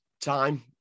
time